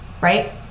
right